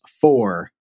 four